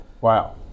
wow